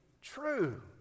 true